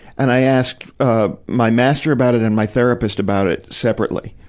and i asked, ah, my master about it and my therapist about it separately.